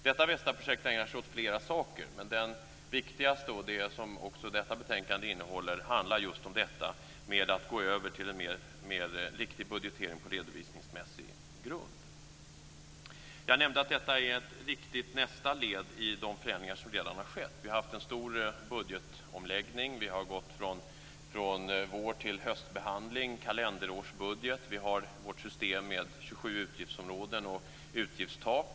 Detta VESTA-projekt ägnar sig åt flera saker. Men det viktigaste och det som också detta betänkande innehåller handlar just om detta att gå över till en mer riktig budgetering på redovisningsmässig grund. Jag nämnde att detta är ett viktigt nästa led i de förändringar som har skett. Vi har genomfört en stor budgetomläggning. Vi har gått från vår till höstbehandling och kalenderårsbudget. Vi har ett system med 27 utgiftsområden och utgiftstak.